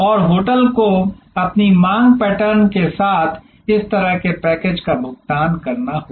और होटल को अपनी मांग पैटर्न के साथ इस तरह के पैकेज का भुगतान करना होगा